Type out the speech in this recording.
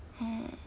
oh